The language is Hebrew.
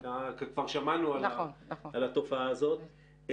כבר שמענו על התופעה הזאת.